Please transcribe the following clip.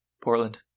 Portland